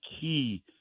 key